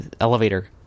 elevator